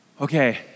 Okay